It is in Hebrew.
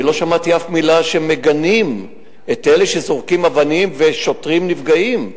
אני לא שמעתי אף מלה שמגנים את אלה שזורקים אבנים ושוטרים נפגעים.